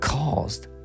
caused